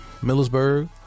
Millersburg